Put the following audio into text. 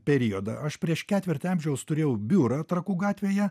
periodą aš prieš ketvirtį amžiaus turėjau biurą trakų gatvėje